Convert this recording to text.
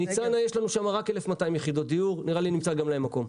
בניצנה יש לנו 1,200 יחידות דיור ונראה לי שנמצא להם מקום,